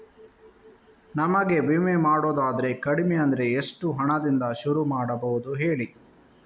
ನಮಗೆ ವಿಮೆ ಮಾಡೋದಾದ್ರೆ ಕಡಿಮೆ ಅಂದ್ರೆ ಎಷ್ಟು ಹಣದಿಂದ ಶುರು ಮಾಡಬಹುದು ಹೇಳಿ